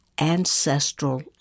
ancestral